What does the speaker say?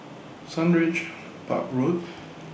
Sundridge Park Road